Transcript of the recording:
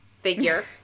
figure